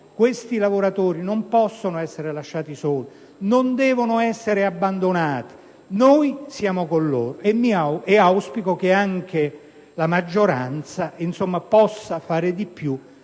questi lavoratori non possono essere lasciati soli, non devono essere abbandonati. Noi siamo con loro e auspico che anche la maggioranza possa fare di più